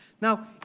Now